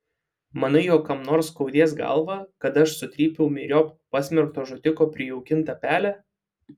manai jog kam nors skaudės galvą kad aš sutrypiau myriop pasmerkto žudiko prijaukintą pelę